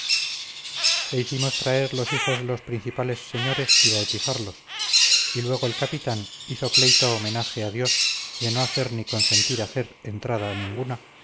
e hicimos traer los hijos de los principales señores y bautizarlos y luego el capitán hizo pleito homenaje a dios de no hacer ni consentir hacer entrada ninguna